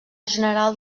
general